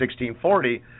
1640